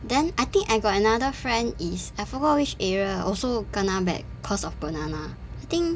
then I think I got another friend is I forgot which area also kena bat cause of banana I think